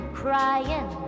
crying